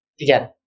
Again